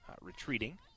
retreating